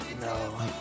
No